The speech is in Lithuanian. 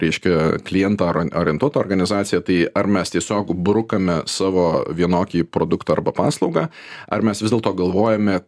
reiškia klientą or orientuotą organizacija tai ar mes tiesiog brukame savo vienokį produktą arba paslaugą ar mes vis dėlto galvojame